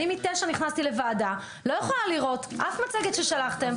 אני מתשע נכנסתי לוועדה ולא יכולה לראות אף מצגת ששלחתם.